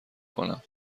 کنم